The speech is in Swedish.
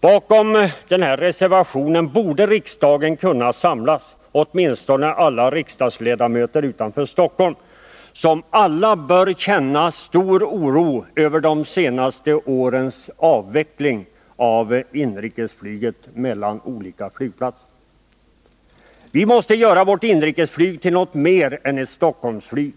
Bakom denna reservation borde riksdagen kunna samlas — åtminstone alla de riksdagsledamöter som inte hör hemma i Stockholm, eftersom de bör känna stor oro över de senaste årens avveckling av inrikesflyget på olika flygplatser. Vi måste göra vårt inrikesflyg till något mer än ett Stockholmsflyg,